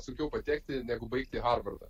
sunkiau patekti negu baigti harvardą